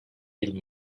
yıl